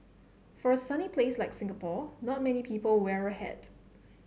for a sunny place like Singapore not many people wear a hat